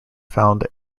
found